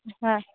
হ্যাঁ